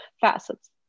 facets